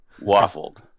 waffled